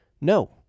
No